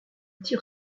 tire